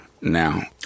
now